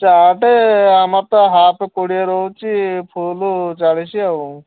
ଚାଟ୍ ଆମର ତ ହାପ୍ କୋଡ଼ିଏ ରହୁଛି ଫୁଲ୍ ଚାଳିଶ ଆଉ